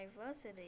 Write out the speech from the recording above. diversity